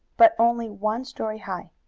but only one story high.